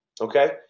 okay